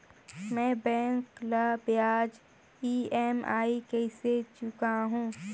मैं बैंक ला ब्याज ई.एम.आई कइसे चुकाहू?